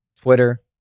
Twitter